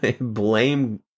Blame